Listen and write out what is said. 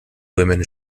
women